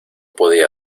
podía